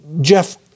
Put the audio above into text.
Jeff